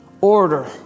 Order